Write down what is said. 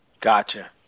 gotcha